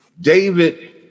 David